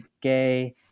gay